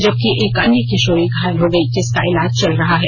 जबकि एक अन्य किशोरी घायल हो गई जिसका इलाज चल रहा है